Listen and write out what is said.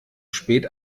spät